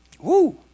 Woo